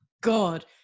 God